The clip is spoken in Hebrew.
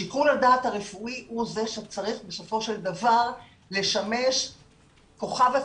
שיקול הדעת הרפואי הוא זה שצריך בסופו של דבר לשמש כוכב הצפון.